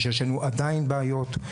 שיש לנו עדיין בעיות,